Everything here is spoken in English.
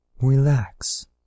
Relax